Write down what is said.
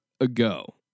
ago